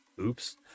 Oops